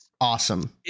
awesome